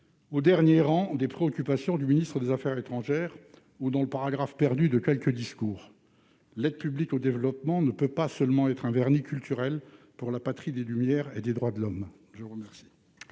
au dernier rang des préoccupations du ministre des affaires étrangères ou dans le paragraphe perdu de quelques discours. L'aide publique au développement ne peut pas être seulement un vernis culturel pour la patrie des Lumières et des droits de l'homme. Je suis saisie